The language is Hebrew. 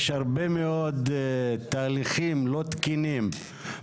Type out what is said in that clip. יש הרבה מאוד תהליכים לא תקינים